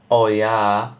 oh yeah